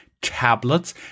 tablets